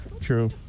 true